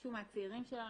מישהו מהצעירים שלנו,